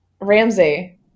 Ramsey